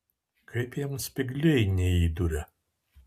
kaip jam spygliai neįduria